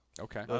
Okay